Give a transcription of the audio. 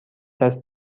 است